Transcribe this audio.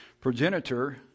progenitor